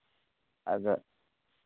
ᱟᱫᱚ